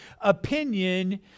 opinion